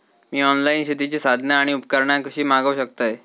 मी online शेतीची साधना आणि उपकरणा कशी मागव शकतय?